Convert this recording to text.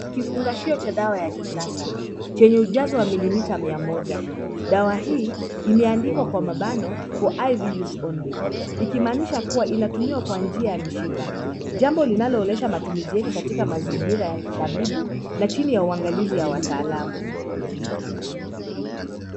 Kifungashio cha dawa ya kisasa chenye ujazo wa milimita mia moja. Dawa hii imeandikwa kwa mabano for IV use only ikimaanisha kuwa inatumiwa kwa njia ya mshipa, jambo linaloonyesha matumizi yake katika mazingira ya kitabibu, na chini ya uangalizi ya wataalamu.